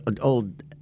Old